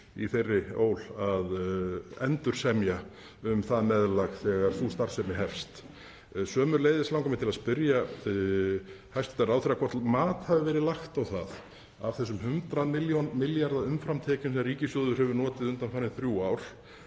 í þeirri ól að endursemja um það meðlag þegar sú starfsemi hefst. Sömuleiðis langar mig til að spyrja hæstv. ráðherra hvort mat hafi verið lagt á það, af þessum 100 milljarða umframtekjum sem ríkissjóður hefur notið undanfarin þrjú ár,